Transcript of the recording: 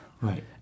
Right